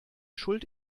schuld